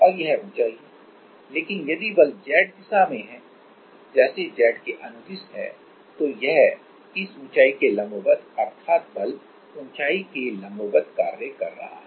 और यह ऊँचाई है लेकिन यदि बल Z दिशा में है जैसे Z अक्ष के अनुदिश है तो यह इस ऊँचाई के लंबवत है अर्थात बल ऊँचाई के लंबवत कार्य कर रहा है